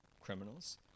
criminals